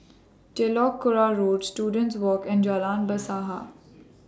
Telok Kurau Road Students Walk and Jalan Bahasa